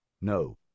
No